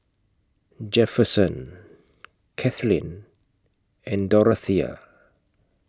Jefferson Kathlene and Dorathea